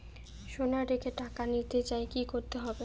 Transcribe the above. সোনা রেখে টাকা নিতে চাই কি করতে হবে?